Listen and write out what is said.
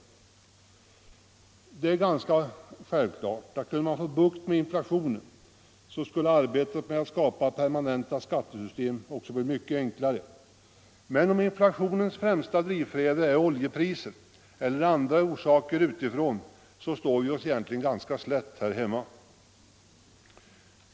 Det är ganska självklart att kunde man få bukt med inflationen, så skulle arbetet med att skapa permanenta skattesystem också bli mycket enklare, men om inflationens främsta drivfjäder är oljepriset eller andra orsaker utifrån står vi oss egentligen ganska slätt här hemma.